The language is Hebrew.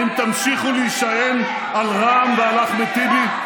האם תמשיכו להישען על רע"מ ועל אחמד טיבי?